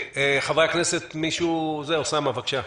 אוסאמה, בבקשה.